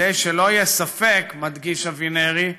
כדי שלא יהיה ספק, מדגיש אבינרי,